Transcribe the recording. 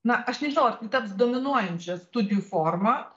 na aš nežinau ar tai taps dominuojančia studijų forma